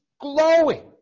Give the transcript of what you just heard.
glowing